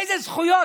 אילו זכויות?